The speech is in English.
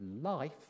life